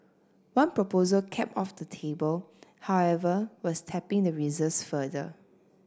one proposal kept off the table however was tapping the reserves further